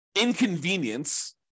inconvenience